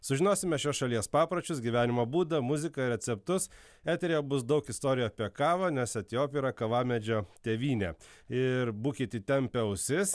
sužinosime šios šalies papročius gyvenimo būdą muziką receptus eteryje bus daug istorijų apie kavą nes etiopija yra kavamedžio tėvynė ir būkit įtempę ausis